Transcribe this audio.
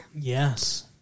Yes